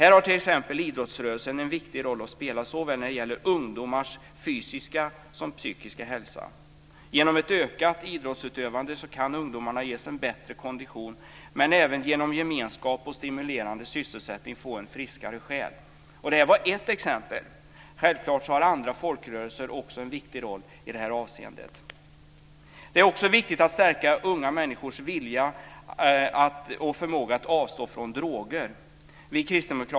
Här har t.ex. idrottsrörelsen en viktig roll att spela såväl när det gäller ungdomars fysiska som psykiska hälsa. Genom ett ökat idrottsutövande kan ungdomarna ges en bättre kondition, men de kan även genom gemenskap och stimulerande sysselsättning få en friskare själ. Det var ett exempel. Självklart har andra folkrörelser också en viktig roll i detta avseende. Det är också viktigt att stärka unga människors vilja och förmåga att avstå från droger.